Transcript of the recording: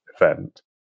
event